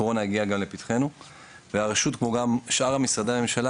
הקורונה הגיעה גם לפתחינו והרשות כמו גם שאר משרדי הממשלה